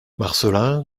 marcelin